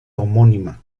homónima